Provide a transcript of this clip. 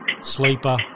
Sleeper